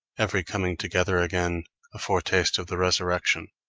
every coming together again a foretaste of the resurrection.